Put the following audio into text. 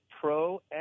pro